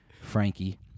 frankie